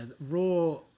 raw